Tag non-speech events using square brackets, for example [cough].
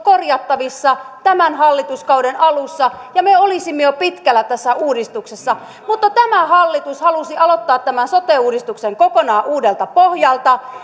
[unintelligible] korjattavissa tämän hallituskauden alussa ja me olisimme jo pitkällä tässä uudistuksessa mutta tämä hallitus halusi aloittaa tämän sote uudistuksen kokonaan uudelta pohjalta